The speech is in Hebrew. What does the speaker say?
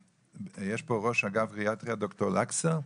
יש פה ראש אגף גריאטריה, ד"ר לקסר?